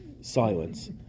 silence